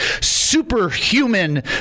superhuman